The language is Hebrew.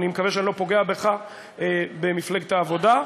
אני מקווה שאני לא פוגע בך במפלגת העבודה,